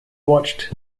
watched